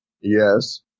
Yes